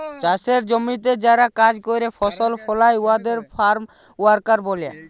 চাষের জমিতে যারা কাজ ক্যরে ফসল ফলায় উয়াদের ফার্ম ওয়ার্কার ব্যলে